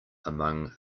among